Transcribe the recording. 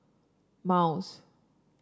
miles